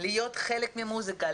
להיות חלק ממוסיקה,